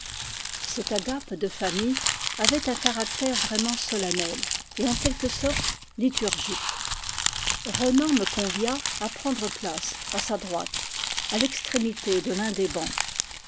cette agape de famille avait un caractère vraiment solennel et en quelque sorte liturgique ronan me convia à prendre place à sa droite à l'extrémité de l'un des bancs